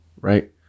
Right